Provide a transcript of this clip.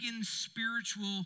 spiritual